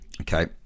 okay